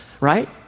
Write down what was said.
right